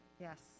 Yes